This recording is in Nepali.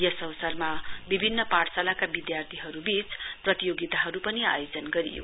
यस अवसरमा विभिन्न पाठशालाका विध्यार्थीहरू वीच प्रतियोगिताहरू पनि आयोजन गरियो